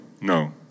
no